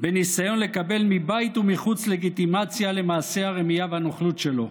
בניסיון לקבל מבית ומחוץ לגיטימציה למעשה הרמייה והנוכלות שלו.